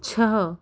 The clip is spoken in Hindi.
छः